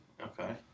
okay